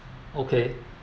okay